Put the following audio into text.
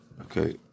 Okay